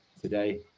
today